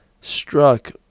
struck